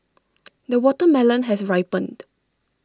the watermelon has ripened